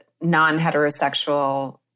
non-heterosexual